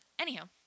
Anyhow